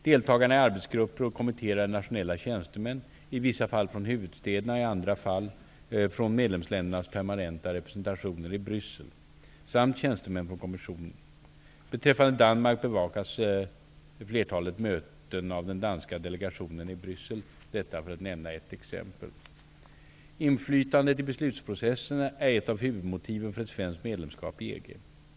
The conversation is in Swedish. Deltagarna i arbetsgrupper och kommittéer är nationella tjänstemän, i vissa fall från huvudstäderna, i andra från medlemsländernas permanenta representationer i Bryssel, samt tjänstemän från kommissionen. Beträffande Danmark bevakas flertalet möten av den danska delegationen i Bryssel. Detta för att nämna ett exempel. Inflytandet i beslutsprocessen är ett av huvudmotiven för ett svenskt medlemskap i EG.